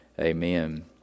Amen